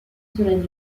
cela